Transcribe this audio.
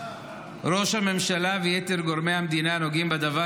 ראש הממשלה ויתר גורמי המדינה הנוגעים בדבר